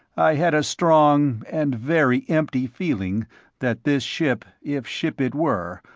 i had a strong and very empty feeling that this ship, if ship it were,